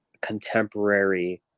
contemporary